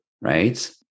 right